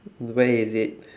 where is it